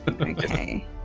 Okay